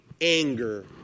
anger